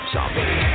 Zombie